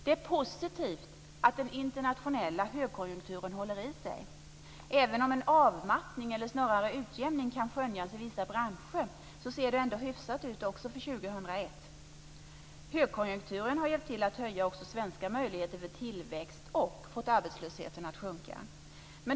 Det är positivt att den internationella högkonjunkturen håller i sig. Även om en avmattning, eller snarare utjämning kan skönjas i vissa branscher ser det ändå hyfsat ut också för 2001. Högkonjunkturen har hjälpt till att öka svenska möjligheter för tillväxt och fått arbetslösheten att sjunka.